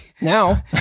Now